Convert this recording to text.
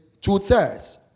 two-thirds